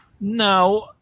Now